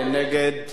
4, נגד,